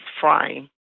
frying